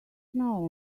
know